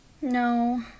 No